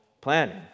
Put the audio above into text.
planning